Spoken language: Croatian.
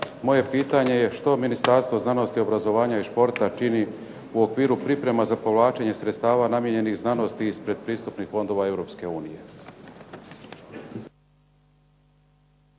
je pitanje što Ministarstvo znanosti, obrazovanja i športa čini u okviru priprema za povlačenje sredstava namijenjenih znanosti iz pretpristupnih fondova Europske unije.